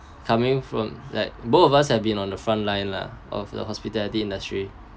coming from like both of us have been on the front line lah of the hospitality industry